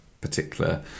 particular